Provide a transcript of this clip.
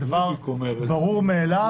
זה דבר ברור מאליו.